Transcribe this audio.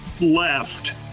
left